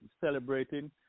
celebrating